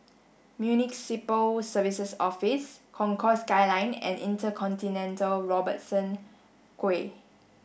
Municipal Services Office Concourse Skyline and InterContinental Robertson Quay